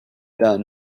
done